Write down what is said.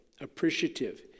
appreciative